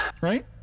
right